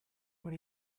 what